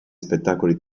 spettacoli